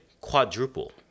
quadruple